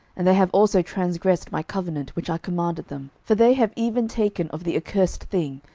and they have also transgressed my covenant which i commanded them for they have even taken of the accursed thing,